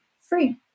free